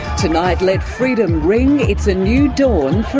tonight let freedom ring. it's a new dawn